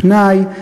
פנאי,